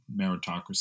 meritocracy